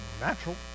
natural